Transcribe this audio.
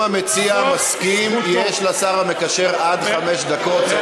אם המציע מסכים, יש לשר המקשר עד חמש דקות.